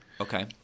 Okay